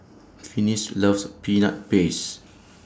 Finis loves Peanut Paste